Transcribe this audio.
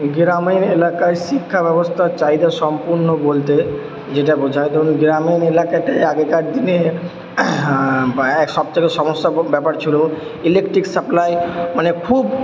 গ্রামীণ এলাকায় শিক্ষা ব্যবস্তার চাহিদা সম্পন্ন বলতে যেটা বোঝায় ধরুন গ্রামীণ এলাকাতে আগেকার দিনে বা সব থেকে সমস্যাকর ব্যাপার ছিলো ইলেকট্রিক সাপ্লাই মানে খুব